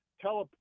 tele